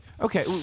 Okay